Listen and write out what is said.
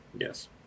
Yes